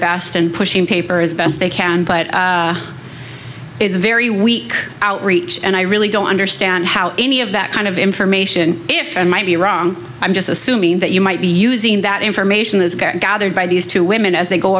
best and pushing paper as best they can but it's a very weak outreach and i really don't understand how any of that kind of information if i might be wrong i'm just assuming that you might be using that information is gathered by these two women as they go